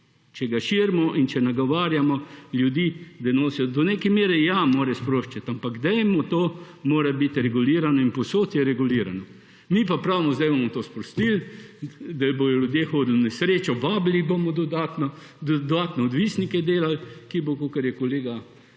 če ga širimo in če nagovarjamo ljudi, da nosijo denar tja. Do neke mere ja, mora sproščati, ampak to mora biti regulirano in povsod je regulirano. Mi pa pravimo, zdaj bomo to sprostili, da bodo ljudje hodili v nesrečo, vabili jih bomo dodatno, dodatno odvisnike delali, kakor je kolega